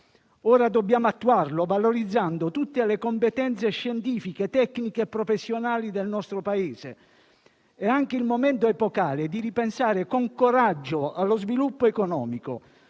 Ora dobbiamo attuarlo, valorizzando tutte le competenze scientifiche, tecniche e professionali del nostro Paese. È anche il momento epocale di ripensare con coraggio allo sviluppo economico,